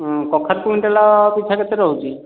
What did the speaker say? ହଁ କଖାରୁ କୁଇଣ୍ଟାଲ୍ ପିଛା କେତେ ରହୁଛି